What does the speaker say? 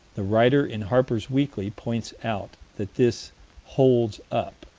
the writer in harper's weekly points out that this hold up,